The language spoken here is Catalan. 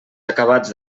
acabats